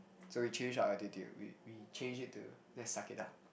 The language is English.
so we change our attitude we we change it to just suck it up